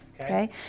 okay